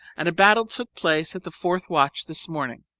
and a battle took place at the fourth watch this morning.